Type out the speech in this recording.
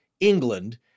England